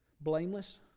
Blameless